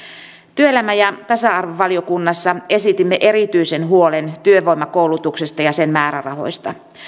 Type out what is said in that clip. työelämä ja tasa arvovaliokunnassa esitimme erityisen huolen työvoimakoulutuksesta ja sen määrärahoista